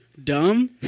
dumb